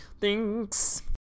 Thanks